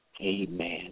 Amen